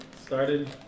Started